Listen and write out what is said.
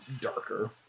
darker